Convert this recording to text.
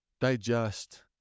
digest